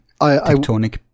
tectonic